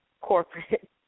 Corporate